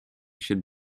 should